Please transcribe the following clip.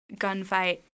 Gunfight